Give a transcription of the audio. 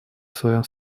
своем